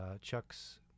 Chuck's